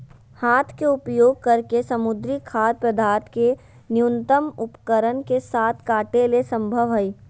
हाथ के उपयोग करके समुद्री खाद्य पदार्थ के न्यूनतम उपकरण के साथ काटे ले संभव हइ